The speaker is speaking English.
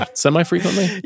semi-frequently